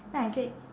then I say